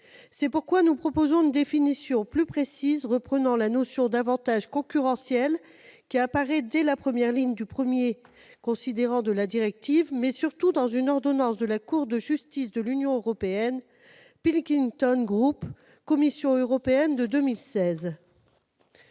C'est pourquoi nous proposons une définition plus précise reprenant la notion d'avantage concurrentiel, qui apparaît dès la première ligne du premier considérant de la directive, mais surtout dans une ordonnance de la Cour de justice de l'Union européenne, de 2016.